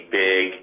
big